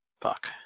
fuck